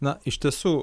na iš tiesų